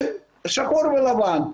זה שחור ולבן.